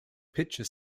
picture